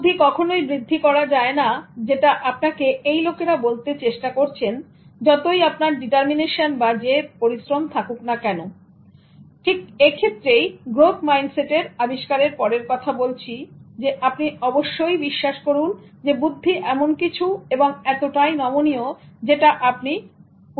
বুদ্ধি কখনোই বৃদ্ধি করা যায় না যেটা আপনাকে এই লোকেরা বলতে চেষ্টা করছেন যতই আপনার ডিটারমিনেশন বা জেদ পরিশ্রম থাকুক না কেন কিন্তু এই এক্ষেত্রে গ্রোথ মাইন্ড সেটের আবিষ্কার এর পরের কথা বলছি আপনি অবশ্যই বিশ্বাস করুন বুদ্ধি এমন কিছু এতটাই নমনীয় যেটা আপনি উন্নত করতে পারেন